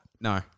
No